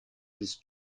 this